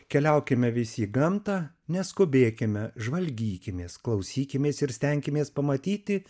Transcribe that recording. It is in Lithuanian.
keliaukime visi į gamtą neskubėkime žvalgykimės klausykimės ir stenkimės pamatyti